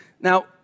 Now